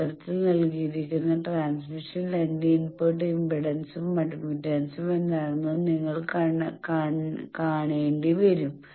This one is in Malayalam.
ചിത്രത്തിൽ നൽകിയിരിക്കുന്ന ട്രാൻസ്മിഷൻ ലൈനിന്റെ ഇൻപുട്ട് ഇംപെഡൻസും അഡ്മിറ്റൻസും എന്താണെന്ന് നിങ്ങൾ കണ്ടെത്തേണ്ടിവരും